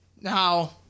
Now